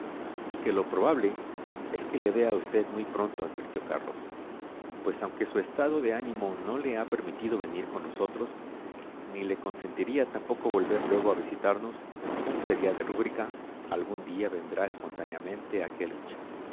y que lo probable es que le vea usted muy prontoadvirtió carlos pues aunque su estado de ánimo no le ha permitido venir con nosotros ni le consentiría tampoco volver luego a visitarnos como sería de rúbrica algún día vendrá espontáneamente a